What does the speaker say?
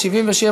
77,